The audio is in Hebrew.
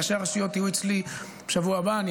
ראשי הרשויות יהיו אצלי בשבוע הבא ואני